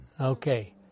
Okay